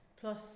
plus